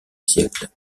siècle